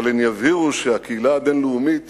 אבל הן יבהירו שהקהילה הבין-לאומית